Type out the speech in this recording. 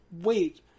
wait